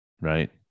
Right